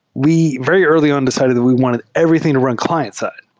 we very early on decided that we wanted everything to run client-side,